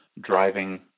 driving